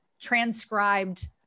transcribed